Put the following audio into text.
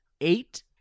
eight